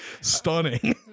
stunning